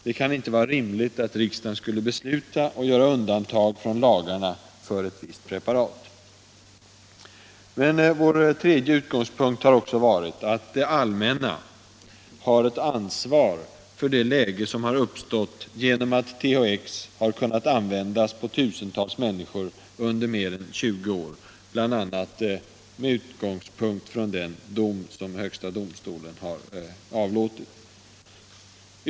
Det kan inte vara rimligt att riksdagen skall besluta om undantag från lagarna för ett visst preparat. 3. Det allmänna har ett ansvar för det läge som har uppstått genom att THX har kunnat användas på tusentals människor under mer än 20 år, bl.a. med utgångspunkt i den dom högsta domstolen har avkunnat.